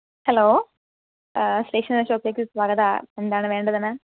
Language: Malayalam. ഹലോ സ്റ്റേഷണറി ഷോപ്പിലേക്ക് സ്വാഗതം എന്താണ് വേണ്ടത് മേം